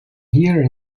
here